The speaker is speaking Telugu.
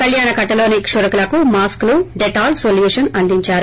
కల్యాణ కట్టల్లోని క్షురకులకు మాస్కులు డెటాల్ నొల్యూషన్ అందించారు